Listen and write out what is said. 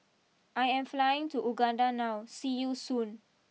I am flying to Uganda now see you Soon